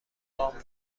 نوامبر